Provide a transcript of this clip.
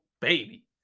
baby